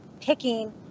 picking